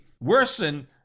worsen